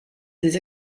des